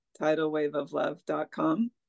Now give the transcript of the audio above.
tidalwaveoflove.com